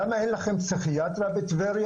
למה אין לכם פסיכיאטריה בטבריה,